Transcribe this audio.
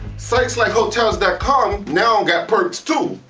sites like hotels dot com now got perks too!